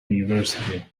university